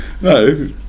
No